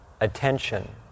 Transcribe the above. attention